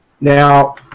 Now